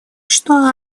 что